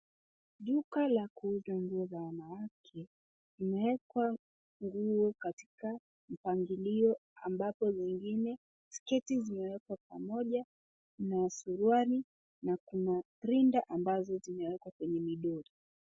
Duka la kuuza nguo za wanawake , limewekwa nguo katika mpangilio ambapo zingine sketi zimewekwa pamoja na suruali na kuna rinda ambazo zimewekwa kwenye vidoli.